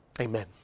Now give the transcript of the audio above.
Amen